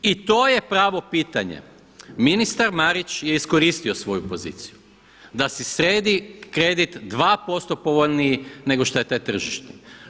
I to je pravo pitanje, ministar Marić je iskoristio svoju poziciju da si sredi kredit 2% povoljniji nego šta je taj tržišni.